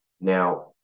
now